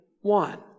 one